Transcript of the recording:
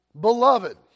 Beloved